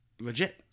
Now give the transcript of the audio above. legit